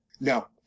No